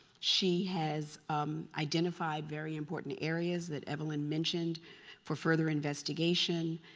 she has identified very important areas that evelyn mentioned for further investigation.